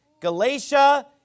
Galatia